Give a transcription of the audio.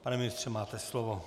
Pane ministře, máte slovo.